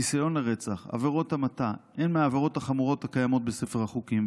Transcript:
ניסיון לרצח ועבירות המתה הן מהעבירות החמורות הקיימות בספר החוקים,